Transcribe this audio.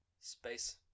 Space